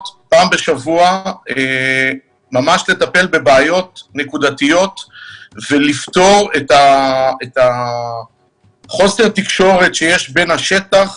פעם בשבוע ממש לטפל בבעיות נקודתיות ולפתור את חוסר התקשורת שיש בין השטח